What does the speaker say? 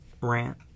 rant